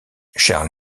charles